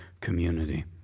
community